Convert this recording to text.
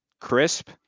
crisp